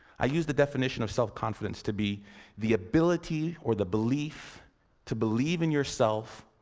i use the definition of self-confidence to be the ability or the belief to believe in yourself,